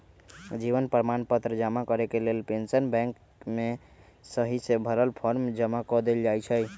जीवन प्रमाण पत्र जमा करेके लेल पेंशन बैंक में सहिसे भरल फॉर्म जमा कऽ देल जाइ छइ